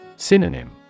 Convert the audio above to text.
Synonym